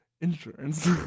insurance